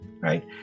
right